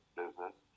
business